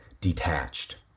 detached